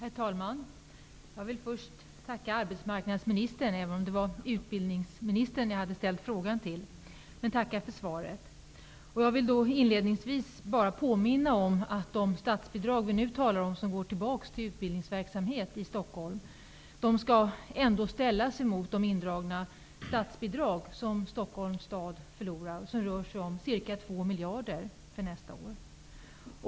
Herr talman! Jag vill först tacka arbetsmarknadsministern för svaret, även om jag hade ställt min fråga till skolministern. Jag vill inledningsvis påminna om att de statsbidrag vi nu talar om, som går tillbaka till utbildningsverksamhet i Stockholm, skall ställas mot de statsbidrag som Stockholms stad förlorar genom indragningen av ca 2 miljarder nästa år.